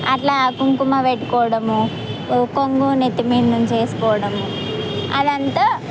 అట్లా కుంకుమ పెట్టుకోవడము కుంకుమ నెత్తిమీద నుంచి వేసుకోవడము అది అంతా